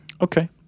Okay